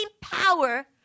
power